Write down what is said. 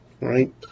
right